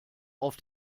auf